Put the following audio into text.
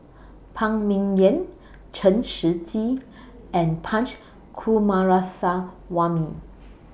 Phan Ming Yen Chen Shiji and Punch Coomaraswamy